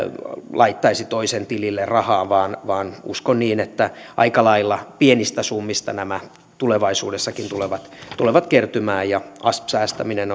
laittaisi toisen tilille rahaa vaan vaan uskon niin että aika lailla pienistä summista nämä tulevaisuudessakin tulevat tulevat kertymään asp säästäminen